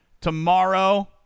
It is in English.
tomorrow